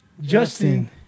Justin